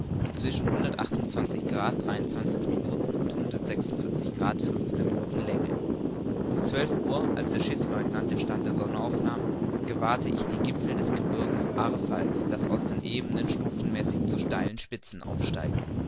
und zwischen drei minuten und minuten länge um zwölf uhr als der schiffslieutenant den stand der sonne aufnahm gewahrte ich die gipfel des gebirges arfalxs das aus den ebenen stufenmäßig zu steilen spitzen aufsteigt